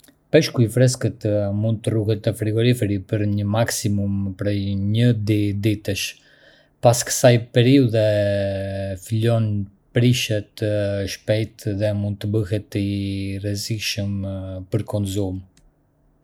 Qepët dhe hudhrat duhet të ruhen në një vend të freskët, të thatë dhe të ajrosur mirë. Një shportë e hapur ose një rrjetë e ajrosshme janë ideale për të siguruar qarkullimin e ajrit dhe për të parandaluar formimin e mykut.